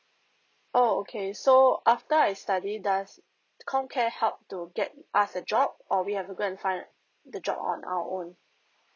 oh okay so after I study does comcare help to get us the job or we have to go and find the job on our own